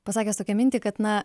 pasakęs tokią mintį kad na